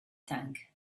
tank